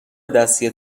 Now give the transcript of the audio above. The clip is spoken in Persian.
دستی